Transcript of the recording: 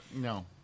No